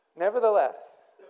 Nevertheless